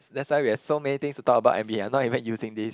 that's why we have so many things to talk about and we are not even using this